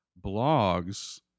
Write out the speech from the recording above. Blogs